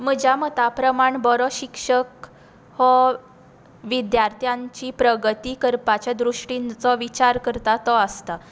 म्हज्या मता प्रमाण बरो शिक्षक हो विद्यार्थ्यांची प्रगती करपाच्या दृश्टीन जो विचार करता तो आसता